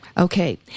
Okay